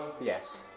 Yes